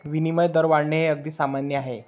विनिमय दर वाढणे हे अगदी सामान्य आहे